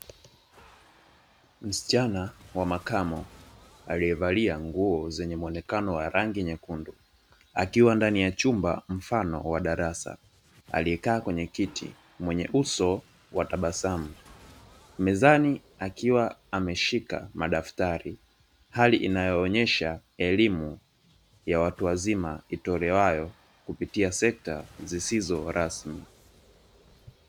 Msichana wa makamo aliyevalia nguo zenye mwonekano wa rangi nyekundu akiwa ndani ya chumba mfano wa darasa aliyekaa kwenye kiti mwenye uso wa tabasamu. Mezani akiwa ameshika madaftari hali inayoonyesha elimu ya watu wazima itolewayo kupitia sekta zisizo rasmi.